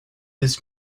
this